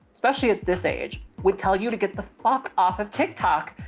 especially at this age, would tell you to get the fuck off of tiktok.